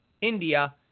India